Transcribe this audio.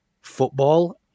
football